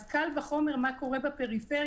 אז קל וחומר מה קורה בפריפריה,